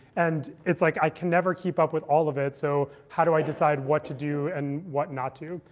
and it's like, i can never keep up with all of it. so how do i decide what to do and what not to?